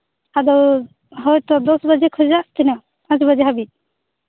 ᱟᱫᱚ ᱦᱳᱭ ᱛᱚ ᱫᱚᱥ ᱵᱟᱡᱮ ᱠᱷᱚᱡᱟᱜ ᱛᱤᱱᱟᱹᱜ ᱟᱴ ᱵᱟᱡᱮ ᱦᱟᱹᱵᱤᱡ